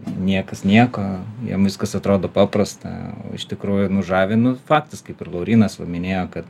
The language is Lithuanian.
niekas nieko jiem viskas atrodo paprasta o iš tikrųjų nu žavi nu faktas kaip ir laurynas va minėjo kad